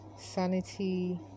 sanity